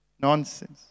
Nonsense